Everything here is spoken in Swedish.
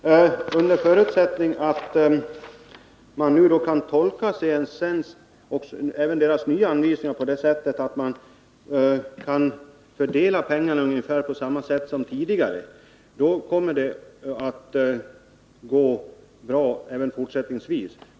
Herr talman! Under förutsättning att man kan tolka CNS:s nya anvisningar så att medlen kan fördelas ungefär på samma sätt som tidigare, kommer det säkert att fungera bra även fortsättningsvis.